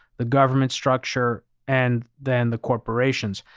the government structure and then the corporations.